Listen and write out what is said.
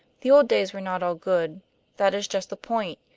the old days were not all good that is just the point,